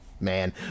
man